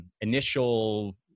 initial